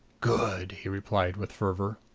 good! he replied with fervor.